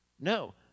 No